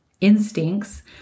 instincts